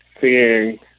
seeing